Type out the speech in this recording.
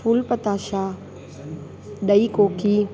फूल पताशा ॾई कोकी